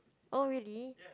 oh really